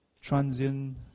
transient